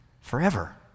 forever